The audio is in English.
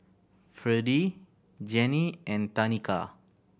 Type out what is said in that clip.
Fredie Janey and Tanika